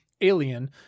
Alien